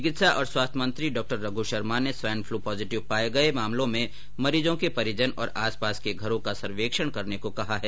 चिकित्सा और स्वास्थ्य मंत्री डॉ रघ् शर्मा ने स्वाईन फ्लू पॉजिटिव पाये गये मामलों में मरीजों के परिजन और आस पास के घरों का सर्वेक्षण करने को कहा है